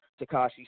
Takashi